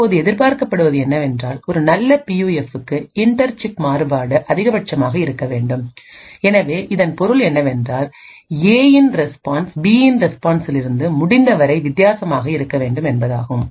இப்போது எதிர்பார்க்கப்படுவது என்னவென்றால் ஒரு நல்ல பியூஎஃப்புக்கு இன்டர் சிப் மாறுபாடு அதிகபட்சமாக இருக்க வேண்டும் எனவே இதன் பொருள் என்னவென்றால் ஏயின் ரெஸ்பான்ஸ் பியின் ரெஸ்பான்ஸ்சிலிருந்து இருந்து முடிந்தவரை வித்தியாசமாக இருக்க வேண்டும் என்பதாகும்